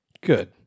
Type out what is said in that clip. Good